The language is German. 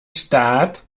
staat